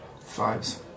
fives